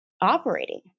operating